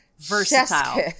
versatile